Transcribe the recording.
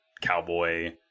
cowboy